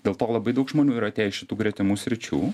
dėl to labai daug žmonių yra atėję iš tų gretimų sričių